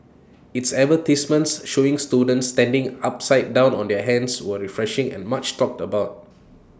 its advertisements showing students standing upside down on their hands were refreshing and much talked about